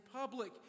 public